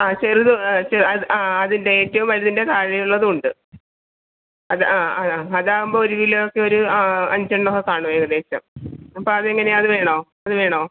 ആ ചെറുത് ആ ആ അതിൻ്റെ ഏറ്റവും വലുതിൻ്റെ താഴെയുള്ളതും ഉണ്ട് അത് ആ ആ അതാകുമ്പോൾ ഒരു കിലോയ്ക്ക് ഒരു ആ അഞ്ച് എണ്ണമൊക്കെ കാണും ഏകദേശം അപ്പോൾ അതെങ്ങനെ അത് വേണോ അത് വേണോ